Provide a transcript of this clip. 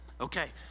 Okay